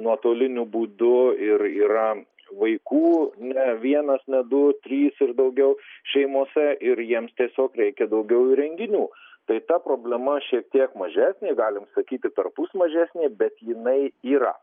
nuotoliniu būdu ir yra vaikų ne vienas ne du trys ir daugiau šeimose ir jiems tiesiog reikia daugiau įrenginių tai ta problema šiek tiek mažesnė galim sakyti perpus mažesnė bet jinai yra